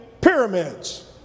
pyramids